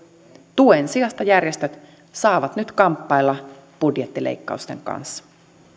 tuen sijasta järjestöt saavat nyt kamppailla budjettileikkausten kanssa